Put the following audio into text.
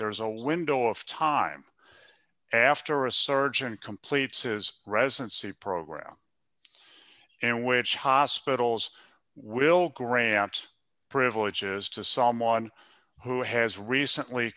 there is a window of time after a surgeon completes his residency program and which hospitals will grant privileges to someone who has recently